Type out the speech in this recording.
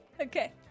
Okay